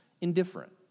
indifferent